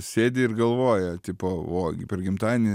sėdi ir galvoja tipo ogi per gimtadienį